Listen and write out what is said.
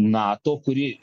nato kuri